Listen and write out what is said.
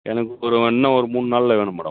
எனக்கு ஒரு இன்னும் ஒரு மூணு நாளில் வேணும் மேடம்